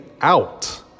out